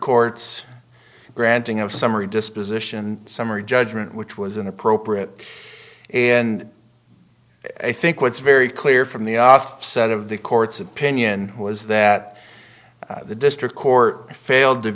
court's granting of summary disposition summary judgment which was inappropriate and i think what's very clear from the offset of the court's opinion was that the district court failed to